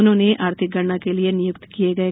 उन्होंने आर्थिक गणना के लिए नियुक्त किये गये